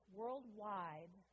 worldwide